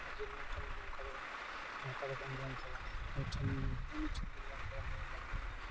ᱱᱚᱝᱠᱟ ᱫᱚ ᱵᱟᱹᱧ ᱡᱚᱢᱟᱠᱟᱫᱟ ᱱᱩᱭ ᱴᱷᱮᱱᱧ ᱡᱚᱢ ᱠᱟᱫᱟ ᱱᱩᱭᱜᱮ ᱤᱧᱤᱧ ᱢᱟᱞᱤᱠ ᱫᱚ ᱠᱟᱱᱟᱭ